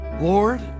Lord